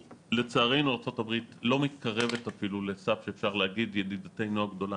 לצערנו ארצות הברית לא מתקרבת אפילו לסף שאפשר להגיד ,ידידתנו הגדולה,